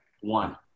one